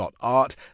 .art